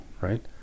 Right